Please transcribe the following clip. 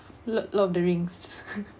lord lord of the rings